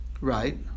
Right